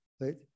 Right